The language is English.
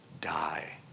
die